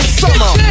summer